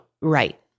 Right